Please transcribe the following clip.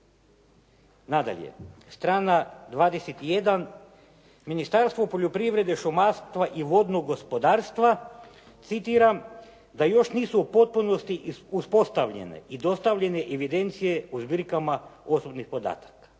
Nadalje, str. 21., Ministarstvo poljoprivrede, šumarstva i vodnog gospodarstva, citiram: "… da još nisu u potpunosti uspostavljene i dostavljene evidencije u zbirkama osobnih podataka."